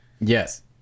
Yes